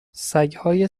سگهای